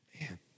Man